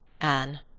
anne,